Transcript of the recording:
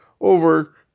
over